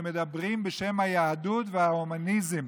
שמדברים בשם היהדות וההומניזם,